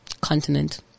continent